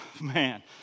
man